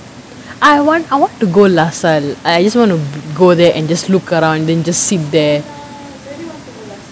I want I want to go lasalle like I just want to go there and just look around and then just sit there